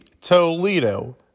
Toledo